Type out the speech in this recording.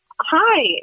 Hi